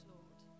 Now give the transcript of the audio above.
Lord